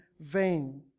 vain